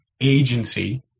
agency